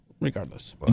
Regardless